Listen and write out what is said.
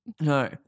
No